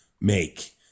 make